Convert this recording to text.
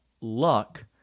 luck